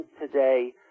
today